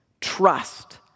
trust